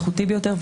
האיכותי ביותר,